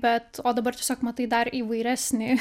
bet o dabar tiesiog matai dar įvairesnį